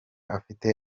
afite